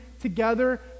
together